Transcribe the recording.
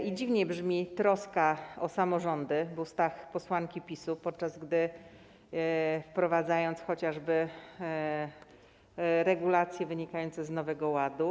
I dziwnie brzmi troska o samorządy w ustach posłanki PiS-u, podczas gdy wprowadzane są chociażby regulacje wynikające z Nowego Ładu.